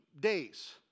days